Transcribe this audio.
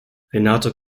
renate